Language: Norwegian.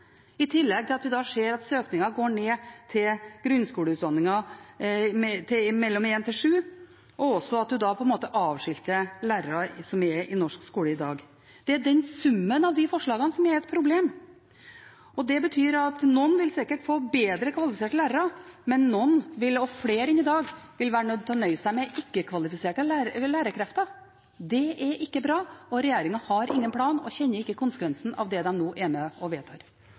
i tillegg til at vi ser at søkningen til grunnskoleutdanningen mellom 1. og 7. trinn går ned, og også at man da avskilter lærere som er i norsk skole i dag. Det er summen av de forslagene som er et problem. Det betyr at noen sikkert vil få bedre kvalifiserte lærere, men noen – og flere enn i dag – vil være nødt til å nøye seg med ikke-kvalifiserte lærerkrefter. Det er ikke bra, og regjeringen har ingen plan og kjenner ikke konsekvensen av det de nå er med